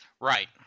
Right